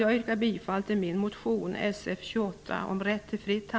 Jag yrkar bifall till min motion Sf28